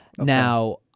Now